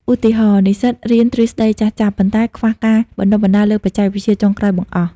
ឧទាហរណ៍ និស្សិតរៀនទ្រឹស្តីចាស់ៗ ប៉ុន្តែខ្វះការបណ្តុះបណ្តាលលើបច្ចេកវិទ្យាចុងក្រោយបង្អស់។